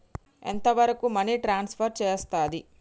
ఎంత వరకు money transfer చేయస్తది?